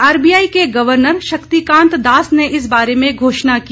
RBI के governor Shaktikanta Das ने इस बारे में घोषणा की